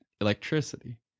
electricity